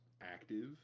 active